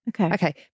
Okay